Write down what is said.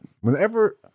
Whenever